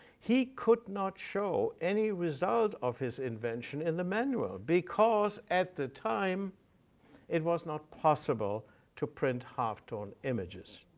he could not show any result of his invention in the manual because at the time it was not possible to print halftone images.